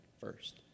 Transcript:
first